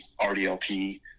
RDLP